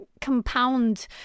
compound